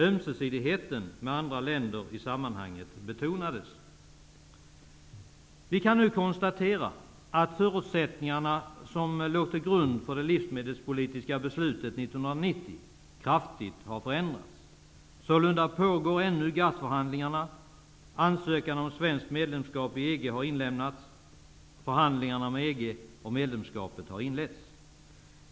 Ömsesidigheten med andra länder i sammanhanget betonades. Vi kan nu konstatera att förutsättningarna som låg till grund för det livsmedelspolitiska beslutet 1990 kraftigt har förändrats. Sålunda pågår ännu GATT förhandlingarna, ansökan om svenskt medlemskap i EG har inlämnats och förhandlingarna med EG om ett medlemskap har inletts.